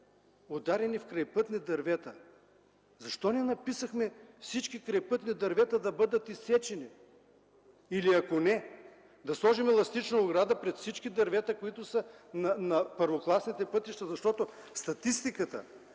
ударени в крайпътни дървета. Защо не написахме всички крайпътни дървета да бъдат изсечени или ако не, да сложим еластична ограда пред всички дървета, които са на първокласните пътища? Статистиката